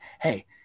hey